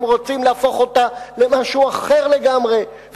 הם רוצים להפוך אותה למשהו אחר לגמרי.